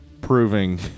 proving